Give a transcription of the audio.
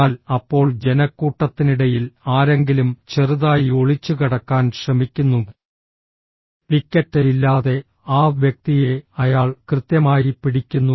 എന്നാൽ അപ്പോൾ ജനക്കൂട്ടത്തിനിടയിൽ ആരെങ്കിലും ചെറുതായി ഒളിച്ചുകടക്കാൻ ശ്രമിക്കുന്നു ടിക്കറ്റ് ഇല്ലാതെ ആ വ്യക്തിയെ അയാൾ കൃത്യമായി പിടിക്കുന്നു